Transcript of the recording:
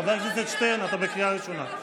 חבר הכנסת שטרן, אתה בקריאה ראשונה.